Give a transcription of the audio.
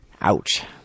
Ouch